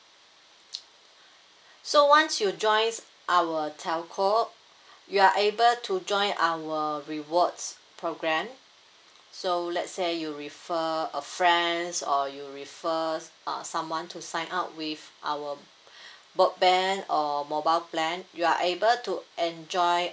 so once you joins our telco you are able to join our rewards programme so let's say you refer a friends or you refer uh someone to sign up with our broadband or mobile plan you are able to enjoy